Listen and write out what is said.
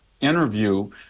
interview